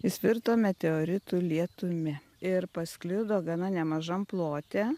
jis virto meteoritų lietumi ir pasklido gana nemažam plote